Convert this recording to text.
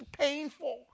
painful